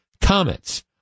comments